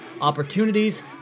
opportunities